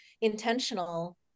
intentional